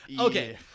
Okay